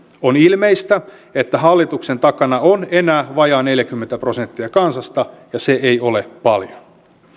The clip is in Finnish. on ilmeistä että hallituksen takana on enää vajaa neljäkymmentä prosenttia kansasta ja se ei ole paljon